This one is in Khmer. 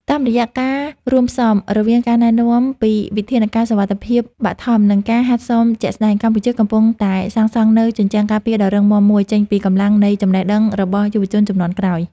តាមរយៈការរួមផ្សំរវាងការណែនាំពីវិធានការសុវត្ថិភាពបឋម និងការហាត់សមជាក់ស្ដែង កម្ពុជាកំពុងតែសាងសង់នូវជញ្ជាំងការពារដ៏រឹងមាំមួយ ចេញពីកម្លាំងនៃចំណេះដឹងរបស់យុវជនជំនាន់ក្រោយ។